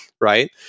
right